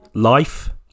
Life